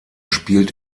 spielt